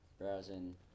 browsing